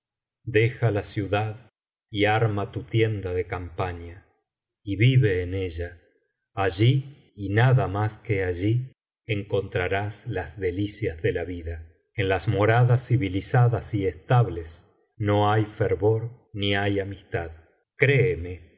deja la ciudad y arma tu tienda de campaña y rite en ella allí y nada mas que attí encontrarás las delicias de la vida en las moradas civilizadas y estables no hay fervor ni hay amistad créeme